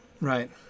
right